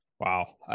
Wow